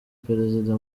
perezida